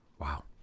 Wow